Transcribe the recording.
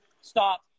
Stop